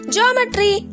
Geometry